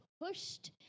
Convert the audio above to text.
pushed